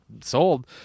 sold